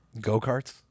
Go-karts